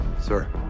Sir